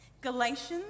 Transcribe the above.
Galatians